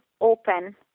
open